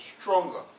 stronger